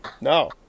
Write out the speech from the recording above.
No